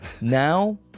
Now